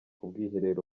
ubwiherero